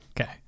Okay